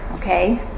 Okay